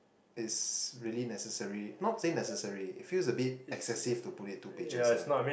it's really necessary not say necessary it feels a bit excessive to put it two pages eh